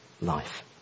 life